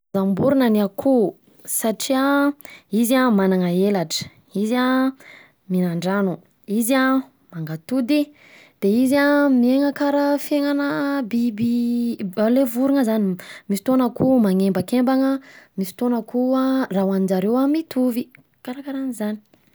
Karazam-borona ny akoho, satria izy an manana elatra, izy an mihinan-drano, izy an mangatody, de izy miaina karaha fiainana biby, le vorona zany, misy fotoana akoho magnembakembana an misy fotoana akoho an raha hoaninjareo an mitovy, karakaran’ny zany.